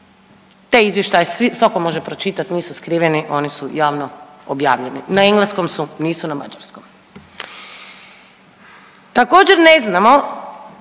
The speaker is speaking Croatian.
Taj izvještaj svatko može pročitati, nisu skriveni, oni su javno objavljeni, na engleskom su, nisu na mađarskom. Također ne znamo